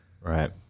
Right